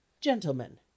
Gentlemen